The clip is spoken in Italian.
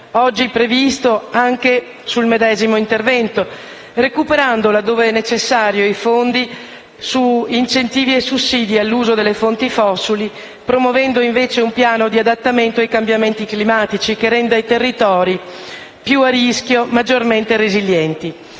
oggi previste sul medesimo intervento, recuperando, laddove è necessario, i fondi su incentivi e sussidi all'uso delle fonti fossili, promuovendo un piano di adattamento ai cambiamenti climatici che renda i territori più a rischio maggiormente resilienti.